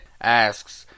asks